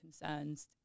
concerns